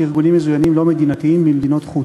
ארגונים מזוינים לא מדינתיים במדינות חוץ.